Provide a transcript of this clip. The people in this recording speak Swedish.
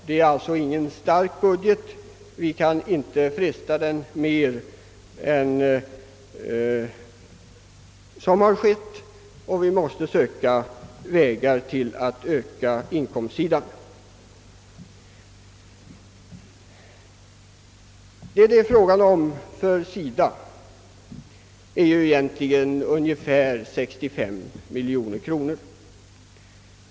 Det är alltså ingen stark budget. Vi kan inte fresta på den mera än som har skett och vi måste söka efter utvägar att öka inkomstsidan. Det belopp det skulle röra sig om för SIDA är ungefär 65 miljoner kronor.